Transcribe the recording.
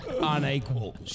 unequal